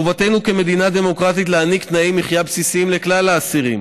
מחובתנו כמדינה דמוקרטית להעניק תנאי מחיה בסיסיים לכלל האסירים,